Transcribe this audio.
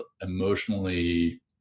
emotionally